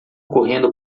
correndo